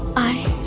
i